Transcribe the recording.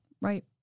right